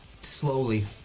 slowly